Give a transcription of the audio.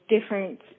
different